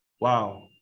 wow